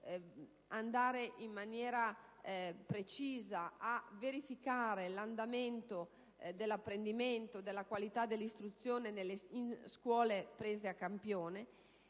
verificare precisamente l'andamento dell'apprendimento e della qualità dell'istruzione nelle scuole prese a campione.